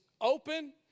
open